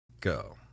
go